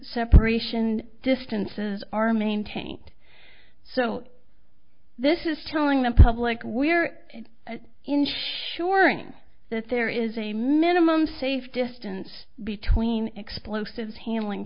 separation distances are maintained so this is telling the public we're ensuring that there is a minimum safe distance between explosives handling